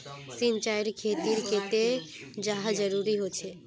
सिंचाईर खेतिर केते चाँह जरुरी होचे?